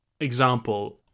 example